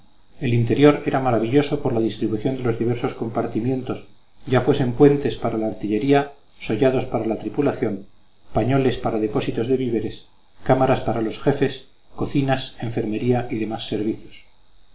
el interior era maravilloso por la distribución de los diversos compartimientos ya fuesen puentes para la artillería sollados para la tripulación pañoles para depósitos de víveres cámaras para los jefes cocinas enfermería y demás servicios